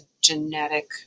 genetic